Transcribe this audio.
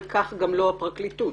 וכך גם לא הפרקליטות,